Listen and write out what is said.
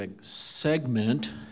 segment